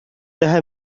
لها